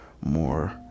more